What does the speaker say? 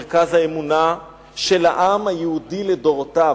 מרכז האמונה של העם היהודי לדורותיו.